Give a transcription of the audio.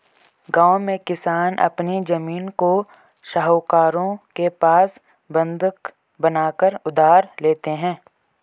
गांव में किसान अपनी जमीन को साहूकारों के पास बंधक बनाकर उधार लेते हैं